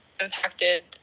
impacted